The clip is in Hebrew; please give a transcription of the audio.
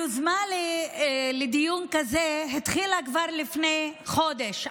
היוזמה לדיון כזה התחילה כבר לפני חודש,